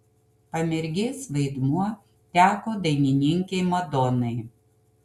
pamergės vaidmuo teko dainininkei madonai